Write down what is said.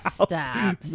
stop